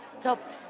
top